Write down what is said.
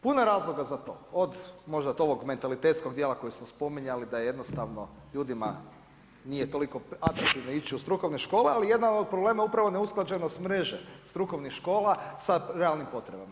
Puno je razloga za to, od možda ovog mentalitetskog dijela kojeg smo spominjali da jednostavno ljudima nije toliko atraktivno ići u strukovne škole, ali jedan od problema je neusklađenost mreže strukovnih škola sa realnim potrebama.